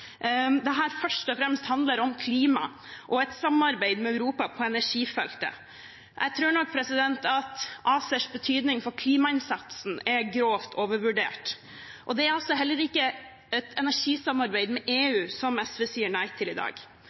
flere her hevde at dette først og fremst handler om klima og et samarbeid med Europa på energifeltet. Jeg tror nok at ACERs betydning for klimainnsatsen er grovt overvurdert. Det er altså heller ikke et energisamarbeid med EU som SV sier nei til i dag.